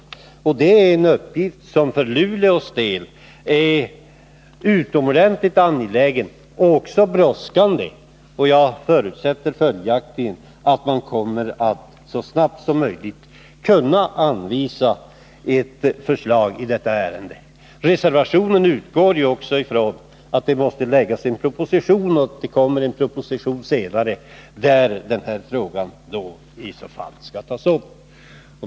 Det är en uppgift som för Luleås del är utomordentligt angelägen och också brådskande, och jag förutsätter följaktligen att det så snart som möjligt kommer att läggas fram ett förslag i ärendet. Reservationen utgår ju också ifrån att det måste läggas fram en proposition, och det kommer en proposition senare där den här frågan i så fall tas upp.